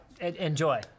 enjoy